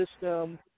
system